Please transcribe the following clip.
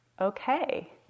okay